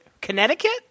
Connecticut